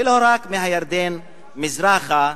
ולא רק מהירדן מזרחה,